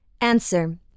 Answer